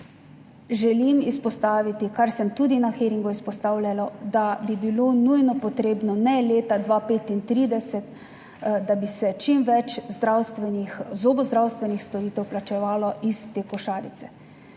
želim izpostaviti, kar sem tudi na hearingu izpostavljala, da bi bilo nujno potrebno ne leta 2035, da bi se čim več zobozdravstvenih storitev plačevalo iz te košarice.